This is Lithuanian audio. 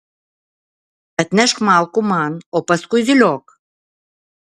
atnešk malkų man o paskui zyliok